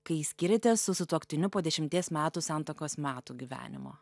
kai skyrėtės su sutuoktiniu po dešimties metų santuokos metų gyvenimo